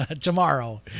tomorrow